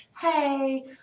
hey